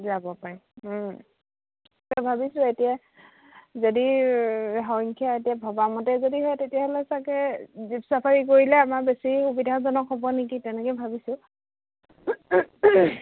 যাব পাৰিম ভাবিছোঁ এতিয়া যদি সংখ্যা এতিয়া ভবামতে যদি হয় তেতিয়াহ'লে চাগে জীপ চাফাৰী কৰিলে আমাৰ বেছি সুবিধাজনক হ'ব নেকি তেনেকৈ ভাবিছোঁ